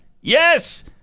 yes